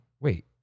wait